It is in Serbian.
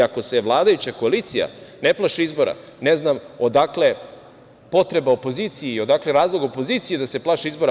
Ako se vladajuća koalicija ne plaši izbora, ne znam odakle potreba opoziciji i odakle razlog opoziciji da se plaši izbora?